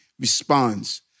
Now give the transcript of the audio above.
responds